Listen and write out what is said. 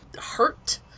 Hurt